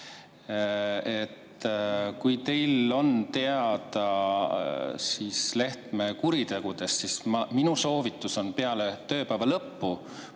Kui te teate Lehtme kuritegudest, siis minu soovitus on peale tööpäeva lõppu